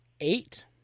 eight